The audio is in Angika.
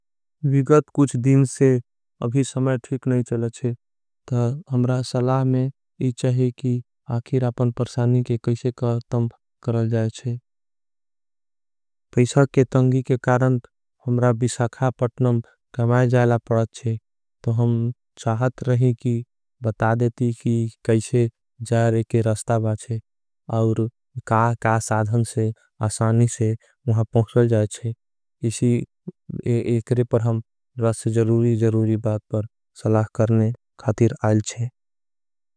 विगत कुछ दिन से अभी समय ठीक नहीं चलचे। तो हमरा सलाह में ये चाहे कि आखिर आपन। परसाणी के कैसे करतम करल जाएचे पैशा के। तंगी के कारण हमरा विशाखा पत्नम गमाई जायला। पड़ाचे तो हम चाहत रहे कि बता देती कि कैसे जायरे। के रस्ता बाचे और क्या क्या साधन से असानी से वहां। पहुँच चल जाएचे इसी एकरे पर हम रस जरूरी। जरूरी बात पर सलाह करने कातिर आयल चे।